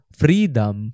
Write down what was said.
freedom